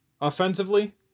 Offensively